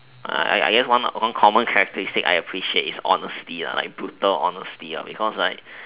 I I I guess one one common characteristic I appreciate is honesty like brutal honesty because right